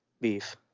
Beef